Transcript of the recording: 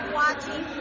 watching